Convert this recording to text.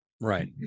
Right